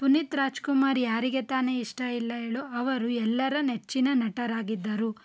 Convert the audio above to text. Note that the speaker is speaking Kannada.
ಪುನೀತ್ ರಾಜ್ಕುಮಾರ್ ಯಾರಿಗೆ ತಾನೇ ಇಷ್ಟ ಇಲ್ಲ ಹೇಳು ಅವರು ಎಲ್ಲರ ನೆಚ್ಚಿನ ನಟರಾಗಿದ್ದರು